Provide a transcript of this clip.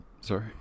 Sorry